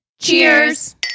Cheers